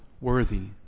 worthy